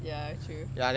ya true